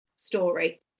story